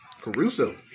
Caruso